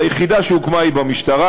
היחידה שהוקמה היא במשטרה.